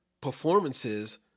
performances